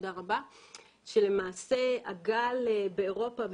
הגל באירופה,